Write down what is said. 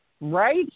Right